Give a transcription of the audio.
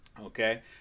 Okay